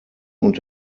und